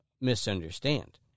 misunderstand